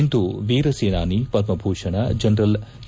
ಇಂದು ವೀರಸೇನಾನಿ ಪದ್ಧಭೂಷಣ general K